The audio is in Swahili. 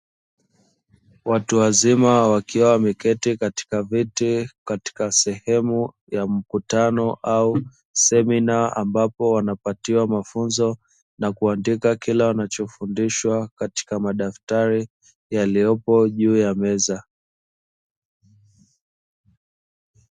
Watu wazima wakiwa wameketi katika viti katika sehemu ya mkutano au semina ambapo wanapatiwa mafunzo na kuandika kile wanachofundishwa katika madaftari yaliyopo juu ya meza.